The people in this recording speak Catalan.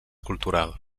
cultural